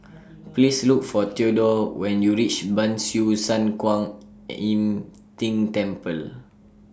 Please Look For Theodore when YOU REACH Ban Siew San Kuan Im Tng Temple